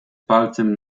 palcem